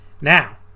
Now